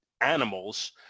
animals